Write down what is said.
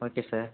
okay sir